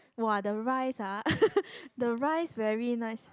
!wah! the rice ah the rice very nice